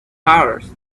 hours